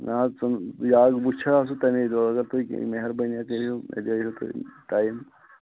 نہ حَظ تِم یہِ حَظ وُچھٕ ہا سُہ تَمے دۄہ اگر تُہۍ میٚہَربٲنیاہ کٔرِو مےٚ دیٛاوٕہیٖو تُہۍ ٹایِم